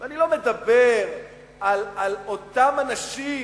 אני לא מדבר על אותם אנשים,